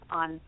on